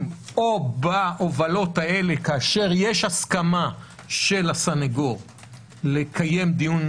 או בהובלות האלה כשיש הסכמה של הסנגור לקיים דיון